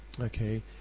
Okay